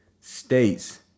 states